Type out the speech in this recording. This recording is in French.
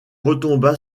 retomba